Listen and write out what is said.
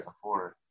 afford